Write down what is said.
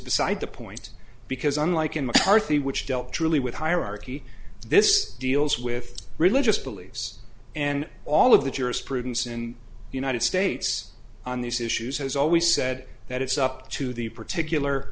beside the point because unlike in mccarthy which dealt truly with hierarchy this deals with religious beliefs and all of the jurisprudence in united states on these issues has always said that it's up to the